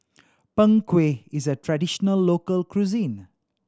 Png Kueh is a traditional local cuisine